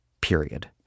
Period